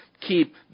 keep